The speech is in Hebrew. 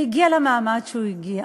והגיע למעמד שהוא הגיע.